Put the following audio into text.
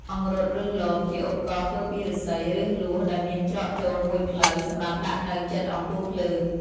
អង្រុត ឬលប ជាឧបករណ៍ធ្វើពីឫស្សី ឬលួសដែលមានច្រកចូលមួយផ្លូវ សម្រាប់ដាក់នៅជិតអំពូលភ្លើង។